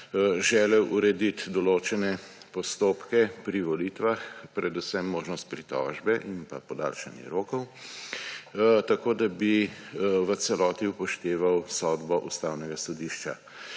želel urediti določene postopke pri volitvah, predvsem možnost pritožbe in podaljšanje rokov, tako da bi v celoti upošteval sodbo Ustavnega sodišča.